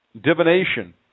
divination